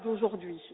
d'aujourd'hui